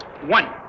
One